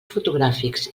fotogràfics